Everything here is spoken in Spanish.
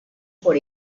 por